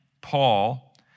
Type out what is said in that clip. Paul